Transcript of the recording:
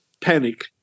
panic